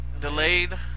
delayed